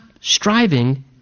striving